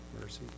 mercy